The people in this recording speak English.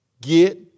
get